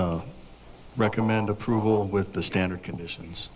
recommend approval with the standard conditions